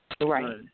Right